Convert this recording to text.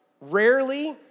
rarely